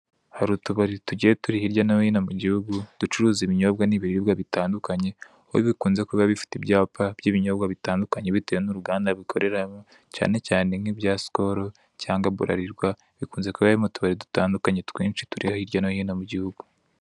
Hari utubari tugiye turi hirya no hino mu gihugu, ducuruza ibinyobwa n'ibiribwa bitandukanye, aho bikunze kuba bifite ibyapa by'ibinyobwa bitandukanye bitewe n'uruganda bikoreramo, cyane cyane nk'ibya sikoro cyangwa burarirwa, bikunze kuba biri mu tubari dutandukanye, twinshi, turi hirya no hino mu gihugu.